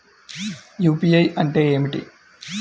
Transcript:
UPI అంటే ఏమిటి?